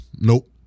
Nope